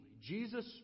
Jesus